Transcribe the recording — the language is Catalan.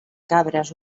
cabres